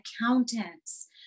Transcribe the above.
accountants